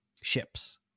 ships